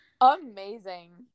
Amazing